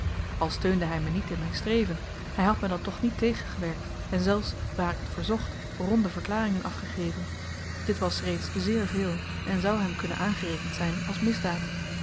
al steunde hy me niet in m'n streven hy had me dan toch niet tegengewerkt en zelfs waar ik t verzocht ronde verklaringen afgegeven dit was reeds zeer veel en zou hem kunnen aangerekend zyn als misdaad